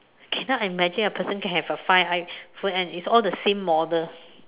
cannot imagine a person can have a five iPhone and it's all the same model